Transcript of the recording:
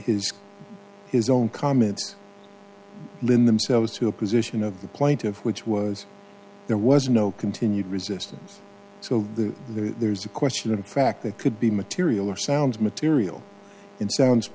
his his own comments lin themselves to a position of the plaintiff which was there was no continued resistance so there's a question of the fact that could be material or sounds material in sounds